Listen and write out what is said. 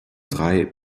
drei